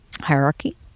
hierarchy